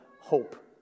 hope